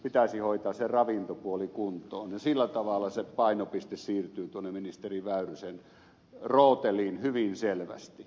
pitäisi hoitaa se ravintopuoli kuntoon ja sillä tavalla se painopiste siirtyy tuonne ministeri väyrysen rooteliin hyvin selvästi